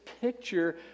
picture